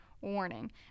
warning